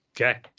Okay